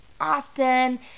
often